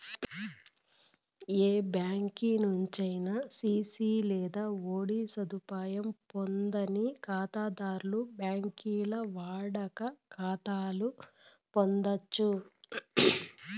ఏ బ్యాంకి నుంచైనా సిసి లేదా ఓడీ సదుపాయం పొందని కాతాధర్లు బాంకీల్ల వాడుక కాతాలు పొందచ్చు